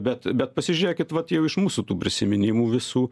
bet bet pasižiūrėkit vat jau iš mūsų tų prisiminimų visų